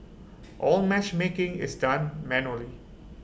all matchmaking is done manually